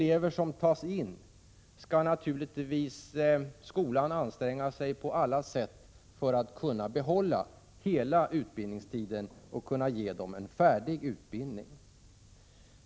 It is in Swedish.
Skolan skall naturligtvis på alla sätt anstränga sig för att under hela utbildningstiden behålla de elever som tas in och ge dem en färdig utbildning.